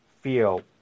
feel